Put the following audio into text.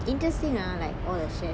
interesting ah like all the chefs